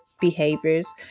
behaviors